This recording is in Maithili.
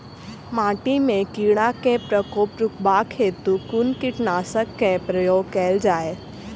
माटि मे कीड़ा केँ प्रकोप रुकबाक हेतु कुन कीटनासक केँ प्रयोग कैल जाय?